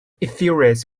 infuriates